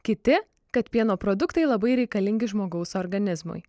kiti kad pieno produktai labai reikalingi žmogaus organizmui